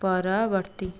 ପରବର୍ତ୍ତୀ